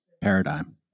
paradigm